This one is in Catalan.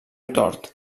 tort